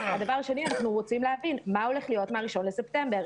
אנחנו רוצים להבין מה הולך להיות מהראשון בספטמבר?